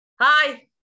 Hi